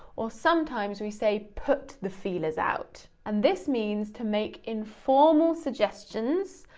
or sometimes we say put the feelers out. and this means to make informal suggestions,